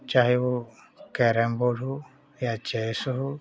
चाहे वह carrom board हो या चेस हो